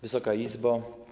Wysoka Izbo!